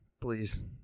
Please